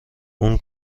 اون